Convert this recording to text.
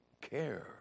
care